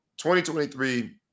2023